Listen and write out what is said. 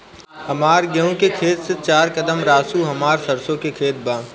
हमार गेहू के खेत से चार कदम रासु हमार सरसों के खेत बा